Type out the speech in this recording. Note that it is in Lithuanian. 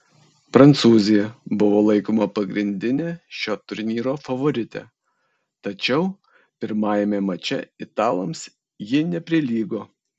prancūzija buvo laikoma pagrindine šio turnyro favorite tačiau pirmajame mače italams ji neprilygo